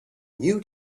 knew